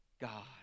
God